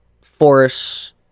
force